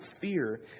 fear